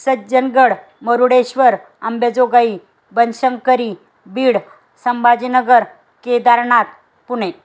Sajjangarh Murudeshwar Ambejogai Banashankari Beed Sambhajinagar Kedarnath Pune